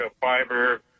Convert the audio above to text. fiber